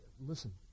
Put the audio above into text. listen